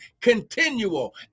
Continual